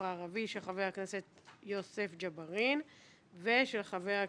הערבי של חה"כ יוסף ג'בארין ושל חה"כ